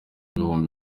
bihumbi